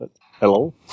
Hello